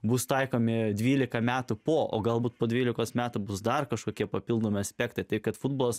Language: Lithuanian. bus taikomi dvylika metų po o galbūt po dvylikos metų bus dar kažkokie papildomi aspektai tai kad futbolas